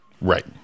right